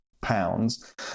pounds